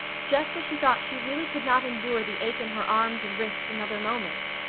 just as she thought she really could not endure the ache in her arms and wrists another moment,